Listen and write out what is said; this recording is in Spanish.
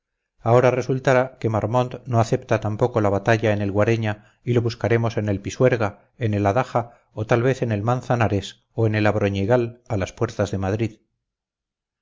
ahora resultará que marmont no acepta tampoco la batalla en el guareña y lo buscaremos en el pisuerga en el adaja o tal vez en el manzanares o en el abroñigal a las puertas de madrid